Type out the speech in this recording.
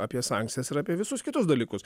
apie sankcijas ir apie visus kitus dalykus